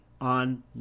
on